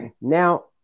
now